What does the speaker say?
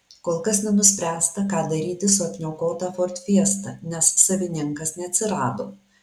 kol kas nenuspręsta ką daryti su apniokota ford fiesta nes savininkas neatsirado